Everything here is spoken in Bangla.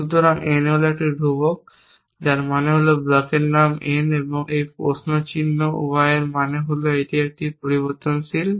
সুতরাং n হল একটি ধ্রুবক যার মানে হল ব্লকের নাম n এবং এই প্রশ্ন চিহ্ন y এর মানে হল এটি একটি পরিবর্তনশীল